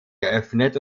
geöffnet